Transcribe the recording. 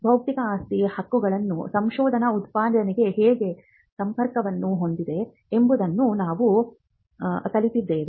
ಬೌದ್ಧಿಕ ಆಸ್ತಿ ಹಕ್ಕುಗಳನ್ನು ಸಂಶೋಧನಾ ಉತ್ಪಾದನೆಗೆ ಹೇಗೆ ಸಂಪರ್ಕವನ್ನು ಹೊಂದಿದೆ ಎಂಬುದನ್ನು ನಾವು ಕಲಿತಿದ್ದೇವೆ